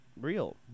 real